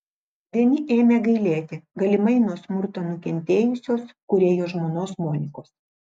vieni ėmė gailėti galimai nuo smurto nukentėjusios kūrėjo žmonos monikos